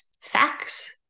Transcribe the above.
facts